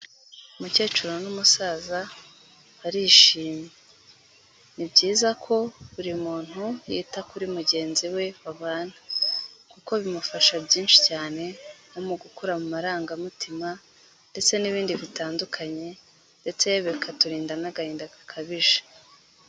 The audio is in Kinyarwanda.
Umukecuru n'umusaza barishimye. Ni byiza ko buri muntu yita kuri mugenzi we babana, kuko bimufasha byinshi cyane nko mu gukura mu marangamutima ndetse n'ibindi bitandukanye, ndetse bikaturinda n'agahinda gakabije.